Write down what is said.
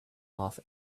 off